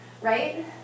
right